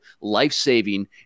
life-saving